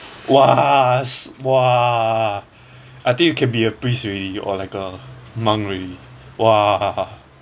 !wah! !wah! I think you can be a priest already or like a monk already !wah!